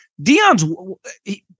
Deion's